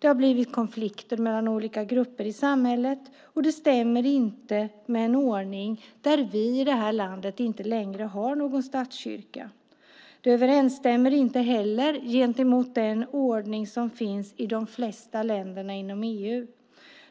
Det har blivit konflikter mellan olika grupper i samhället, och det stämmer inte med en ordning där vi i det här landet inte längre har någon statskyrka. Det överensstämmer inte heller med den ordning som finns i de flesta länder i EU.